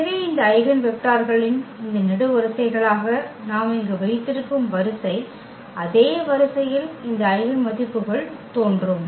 எனவே இந்த ஐகென் வெக்டர்களின் இந்த நெடுவரிசைகளாக நாம் இங்கு வைக்கும் வரிசை அதே வரிசையில் இந்த ஐகென் மதிப்புக்கள் தோன்றும்